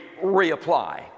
reapply